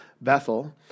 Bethel